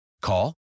Call